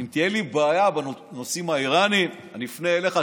אם תהיה לי בעיה בנושאים האיראניים, אפנה אליך.